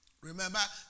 remember